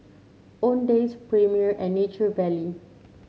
Owndays Premier and Nature Valley